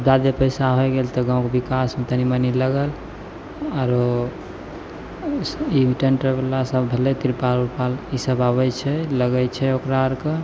जादे पइसा होइ गेल तऽ गामके विकासमे तनि मनि लगल आओर ई टेन्ट आओरवला सभ भेलै तिरपाल उरपाल ईसब आबै छै लगै छै ओकरा आओरके